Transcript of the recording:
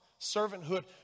servanthood